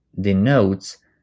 denotes